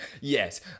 Yes